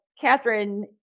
Catherine